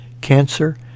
cancer